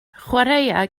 chwaraea